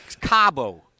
Cabo